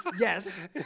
yes